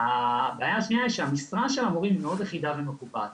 הבעיה השנייה היא שהמשרה של המורים היא מאוד אחידה ומקובעת.